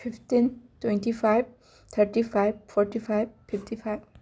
fifteen twenty five thirty five forty five fifty five